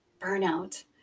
Burnout